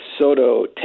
Soto